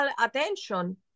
attention